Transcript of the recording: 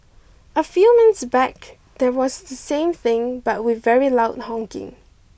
a few months back there was the same thing but with very loud honking